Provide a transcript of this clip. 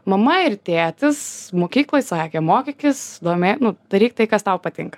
mama ir tėtis mokykloj sakė mokykis domė daryk tai kas tau patinka